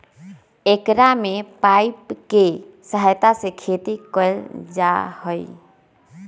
एकरा में पाइप के सहायता से खेती कइल जाहई